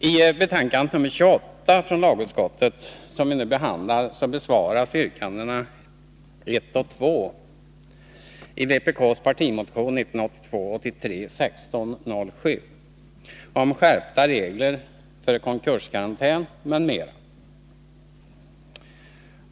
I betänkandet 28 från lagutskottet som vi nu behandlar besvaras yrkandena 1 och 2 i vpk:s partimotion 1982/83:1607 om skärpta regler för konkurskarantän m.m.